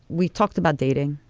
we talked about dating.